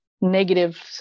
negative